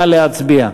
נא להצביע.